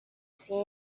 see